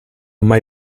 mai